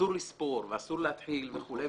אסור לספור ואסור להתחיל וכו',